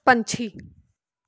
ਪੰਛੀ